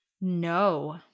No